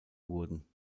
wurden